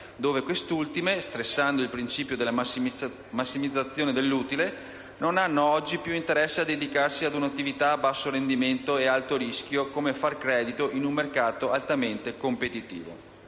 laddove queste ultime, stressando il principio della massimizzazione dell'utile, non hanno oggi più interesse a dedicarsi ad un'attività a basso rendimento e ad alto rischio, come far credito, in un mercato altamente competitivo.